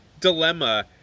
dilemma